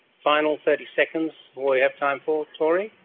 final thirty seconds, all we have time for. tory?